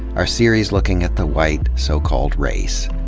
our series looking at the white so-called race.